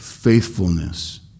faithfulness